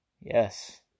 Yes